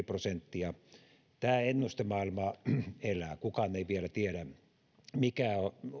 prosenttia tämä ennustemaailma elää elää kukaan ei vielä tiedä mikä